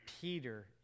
Peter